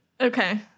Okay